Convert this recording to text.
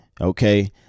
okay